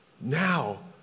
now